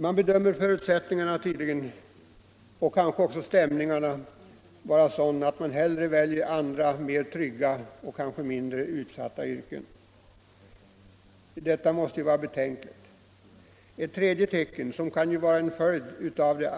Man bedömer tydligen förutsättningarna och kanske också stämningarna vara sådana att man hellre väljer andra, tryggare och kanske mindre utsatta yrken. Detta måste vara betänkligt. Ett ytterligare tecken, som kan vara en följd av de